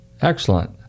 Excellent